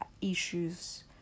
issues